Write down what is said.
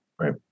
Right